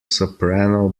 soprano